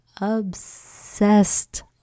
obsessed